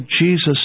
Jesus